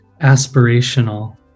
aspirational